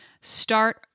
start